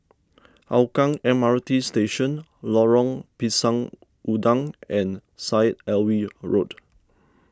Hougang M R T Station Lorong Pisang Udang and Syed Alwi Road